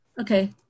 Okay